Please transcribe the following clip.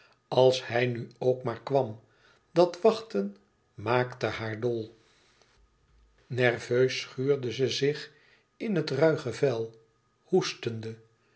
als hij nu ook maar kwam dat wachten maakte haar dol nerveus schuurde ze zich in het ruige vel hoestende